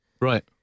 Right